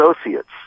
associates